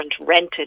rented